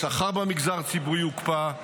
השכר במגזר הציבור יוקפא,